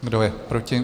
Kdo je proti?